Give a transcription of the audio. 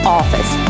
office